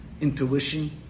intuition